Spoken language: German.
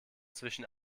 zwischen